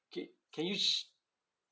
K can you